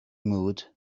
mood